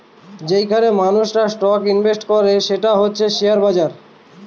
যেইখানে মানুষেরা stock invest করে সেটা হচ্ছে শেয়ার বাজার